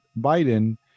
Biden